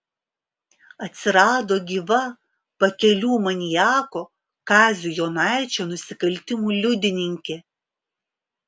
atsirado gyva pakelių maniako kazio jonaičio nusikaltimų liudininkė